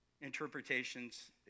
interpretations